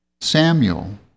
Samuel